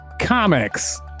Comics